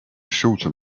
shorter